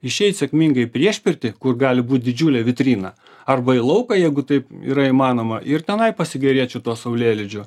išeit sėkmingai į priešpirtį kur gali būt didžiulė vitrina arba į lauką jeigu taip yra įmanoma ir tenai pasigėrėt šituo saulėlydžiu